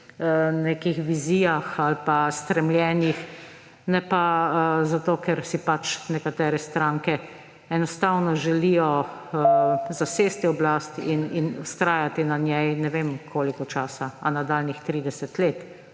svojih vizijah ali stremljenjih. Ne pa zato, ker si nekatere stranke enostavno želijo zasesti oblast in vztrajati na njej, ne vem, koliko časa, nadaljnjih 30 let